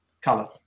color